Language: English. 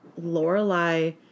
Lorelai